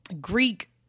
Greek